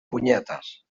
punyetes